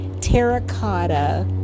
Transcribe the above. terracotta